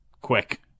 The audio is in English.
quick